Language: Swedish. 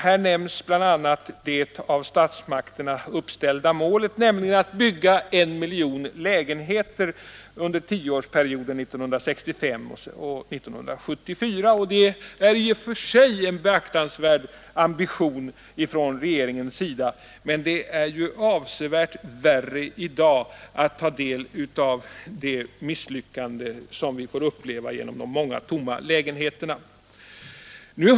Här nämns bl.a. det av statsmakterna uppställda målet, nämligen att bygga 1 miljon lägenheter under tioårsperioden 1965—1974. Det är i och för sig en beaktansvärd ambition men det gör det inte lättare att i dag acceptera det misslyckande som de många tomma lägenheterna innebär.